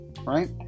Right